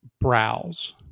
browse